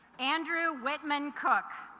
andrew whitman cook